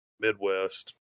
Midwest